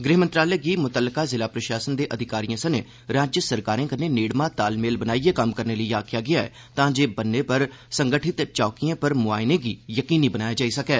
गृह मंत्रालय गी मुत्तलका ज़िला प्रशासन दे अधिकारिएं सने राज्य सरकारें कन्नै नेड़मा तालमेल बनाईयै कम्म करने लेई आक्खेआ गेआ ऐ तां जे ब'न्ने पर संगठित चौकिएं पर मुआइनें गी यकीनी बनाया जाई सकै